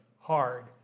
hard